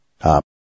Up